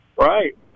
right